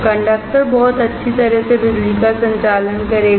conductor बहुत अच्छी तरह से बिजली का संचालन करेगा